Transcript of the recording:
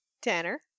Tanner